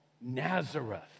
Nazareth